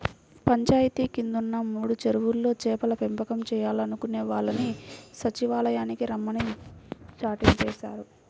పంచాయితీ కిందున్న మూడు చెరువుల్లో చేపల పెంపకం చేయాలనుకునే వాళ్ళని సచ్చివాలయానికి రమ్మని చాటింపేశారు